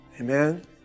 amen